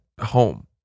home